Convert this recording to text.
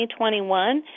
2021